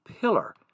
pillar